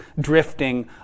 drifting